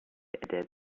adapt